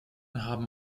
haben